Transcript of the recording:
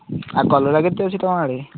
ଆଉ କଲରା କେତେ ଅଛି ତୁମ ଆଡ଼େ